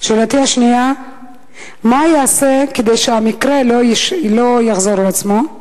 2. מה ייעשה כדי שהמקרה לא יחזור על עצמו,